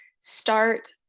Start